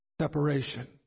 Separation